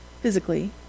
physically